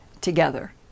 together